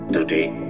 Today